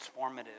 transformative